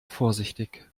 vorsichtig